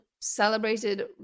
celebrated